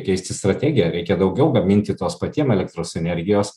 keisti strategiją reikia daugiau gaminti tos patiem elektros energijos